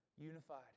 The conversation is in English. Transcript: unified